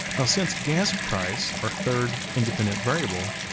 now since gas price, our third independent variable,